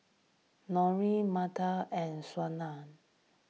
Norene Minda and Shawna